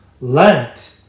Lent